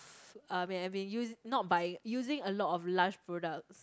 I mean I mean use not buying using a lot of Lush products